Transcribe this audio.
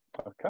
Okay